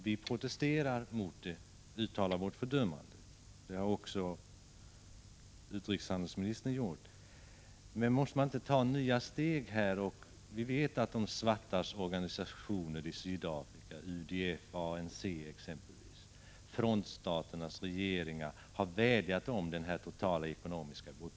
Vi protesterar mot och uttalar vårt fördömande av regimens agerande, och det har också utrikeshandelsministern gjort. Frågan är emellertid om man inte måste ta nya tag på detta område. Vi vet att de svartas organisationer i Sydafrika, exempelvis UDF och ANC, liksom Prot. 1985/86:148 frontstaternas regeringar har vädjat om en total ekonomisk bojkott.